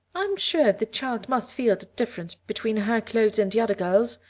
i'm sure the child must feel the difference between her clothes and the other girls'.